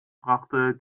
brachte